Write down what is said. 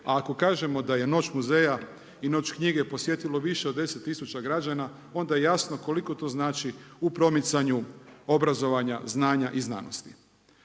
A ako kažemo da je noć muzeja i noć knjige posjetilo više od 10 000 građana onda je jasno koliko to znači u promicanju obrazovanja, znanja i znanosti.